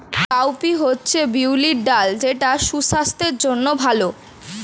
cowpea হচ্ছে বিউলির ডাল যেটা সুস্বাস্থ্যের জন্য ভালো